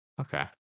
Okay